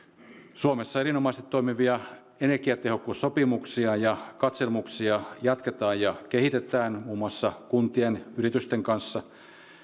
suomessa erinomaisesti toimivia energiatehokkuus sopimuksia ja katselmuksia jatketaan ja kehitetään muun muassa kuntien ja yritysten kanssa